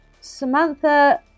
Samantha